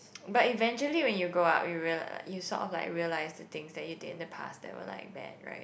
but eventually when you grow up you reali~ sort of like realized the things that you did in the past they were like that right